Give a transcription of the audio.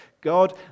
God